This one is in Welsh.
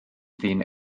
ddyn